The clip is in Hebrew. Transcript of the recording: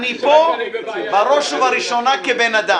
אני פה בראש ובראשונה כבן אדם.